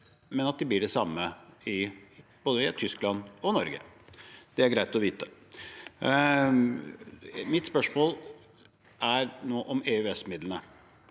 men at de blir de samme i Tyskland og Norge. Det er greit å vite. Mitt spørsmål nå er om EØS-midlene.